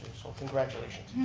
so congratulations.